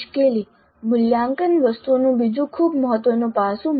મુશ્કેલી મૂલ્યાંકન વસ્તુઓનું બીજું ખૂબ મહત્વનું પાસું